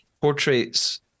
portraits